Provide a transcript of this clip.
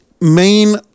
main